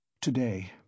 Today